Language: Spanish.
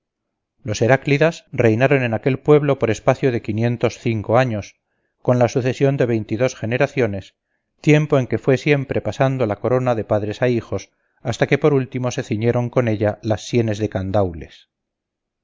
oráculo los heráclidas reinaron en aquel pueblo por espacio de quinientos cinco años con la sucesión de veintidós generaciones tiempo en que fue siempre pasando la corona de padres a hijos hasta que por último se ciñeron con ella las sienes de candaules